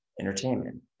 entertainment